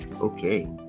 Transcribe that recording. Okay